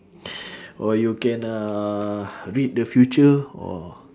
or you can uh read the future or